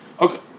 Okay